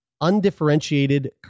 undifferentiated